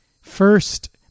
first